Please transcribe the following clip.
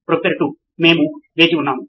professor 2 మేము వేచి ఉన్నాము